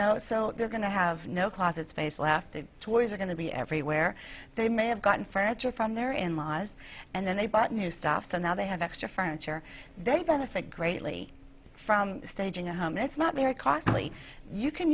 know so they're going to have no closet space left the toys are going to be everywhere they may have gotten furniture from their in laws and then they bought new stuff so now they have extra furniture they benefit greatly from staging a home it's not very costly you can